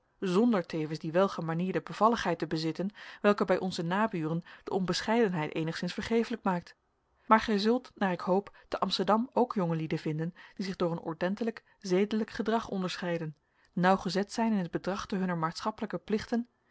zonder tevens die welgemanierde bevalligheid te bezitten welke bij onze naburen de onbescheidenheid eenigszins vergeeflijk maakt maar gij zult naar ik hoop te amsterdam ook jongelieden vinden die zich door een ordentelijk zedelijk gedrag onderscheiden nauwgezet zijn in het betrachten hunner maatschappelijke plichten